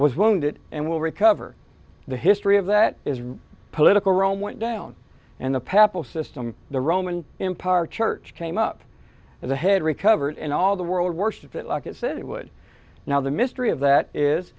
was wounded and will recover the history of that is political rome went down and the papel system the roman empire church came up and the head recovered and all the world worst of it like it said it would now the mystery of that is